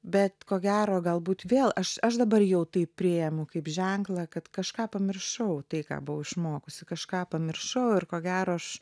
bet ko gero galbūt vėl aš aš dabar jau tai priimu kaip ženklą kad kažką pamiršau tai ką buvau išmokusi kažką pamiršau ir ko gero aš